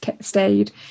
stayed